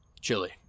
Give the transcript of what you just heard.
Chili